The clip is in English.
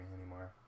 anymore